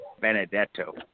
Benedetto